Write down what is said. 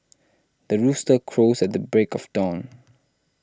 the rooster crows at the break of dawn